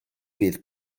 fydd